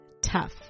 Tough